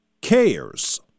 cares